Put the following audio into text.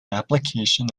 application